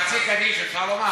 חצי קדיש אפשר לומר?